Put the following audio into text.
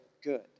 good